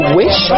wish